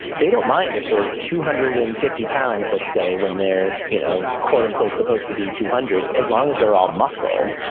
they don't mind if they're are two hundred and fifty pounds, let's say, when they're you know quote unquote supposed to be two hundred as long as they're all muscle.